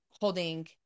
holding